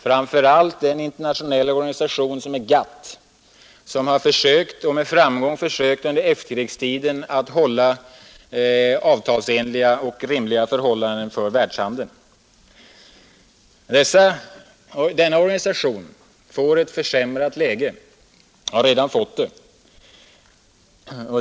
Framför allt gäller detta en organisation som GATT som under efterkrigstiden med framgång försökt skapa avtalsenliga och rimliga förhållanden för världshandeln. Denna organisation får ett försämrat läge — den har redan fått det.